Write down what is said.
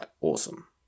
awesome